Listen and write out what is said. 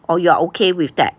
or you are okay with that